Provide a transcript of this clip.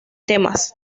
temas